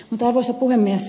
arvoisa puhemies